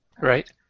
Right